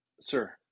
Sir